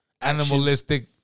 Animalistic